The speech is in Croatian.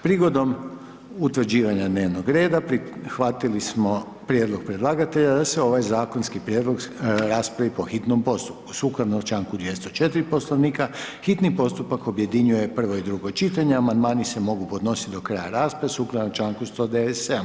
Prigodom utvrđivanja dnevnog reda, prihvatili smo prijedlog predlagatelja da se ovaj zakonski prijedlog raspravi po hitnom postupku, sukladno čl. 2014. poslovnika, hitni postupak objedinjuje prvo i drugo čitanje, amandmani se mogu podnositi do kraja rasprave, sukladno čl. 197.